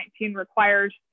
requires